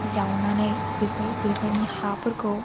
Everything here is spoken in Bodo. जावनानै बेफोर बेफोरनि हाफोरखौ